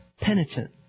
Penitent